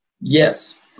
Yes